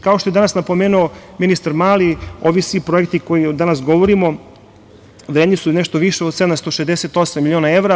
Kao što je danas napomenuo ministar Mali, ovi svi projekti o kojima danas govorimo vredni su nešto više od 768 miliona evra.